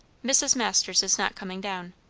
mrs. masters is not coming down.